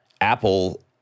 Apple